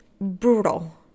brutal